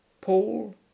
Paul